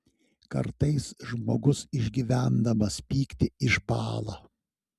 kartais žmogus išgyvendamas pyktį išbąla